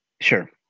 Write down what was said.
sure